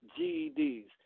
GEDs